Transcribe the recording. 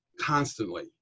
constantly